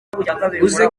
uze